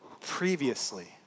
previously